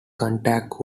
contact